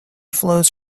flows